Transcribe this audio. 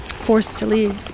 forced to leave.